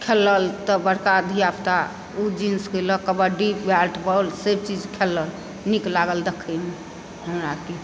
खेलल तऽ बड़का धिया पुता ऊ जिम्स कयलक कबड्डी बैटबॉल से चीज खेललक नीक लागल देखैमे